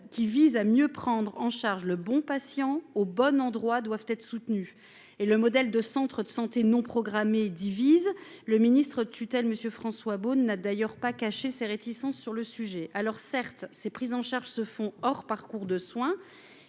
qui vise à mieux prendre en charge le bon patient au bon endroit, doivent être soutenus et le modèle de centres de santé non programmés divise le ministre de tutelle, monsieur François bonne n'a d'ailleurs pas caché ses réticences sur le sujet, alors certes c'est pris en charge se font hors parcours de soins